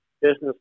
business